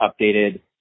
updated